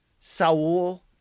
Saul